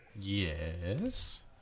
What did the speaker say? Yes